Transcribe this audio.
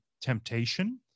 temptation